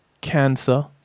cancer